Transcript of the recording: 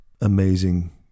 amazing